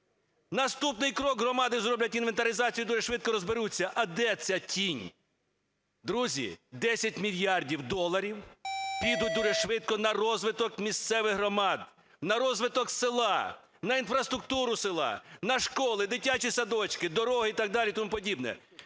Наступний крок, громади зроблять інвентаризацію, дуже швидко розберуться – а де ця тінь? Друзі, 10 мільярдів доларів підуть дуже швидко на розвиток місцевих громад, на розвиток села, на інфраструктуру села, на школи, дитячі садочки, дороги і так далі, тому подібне.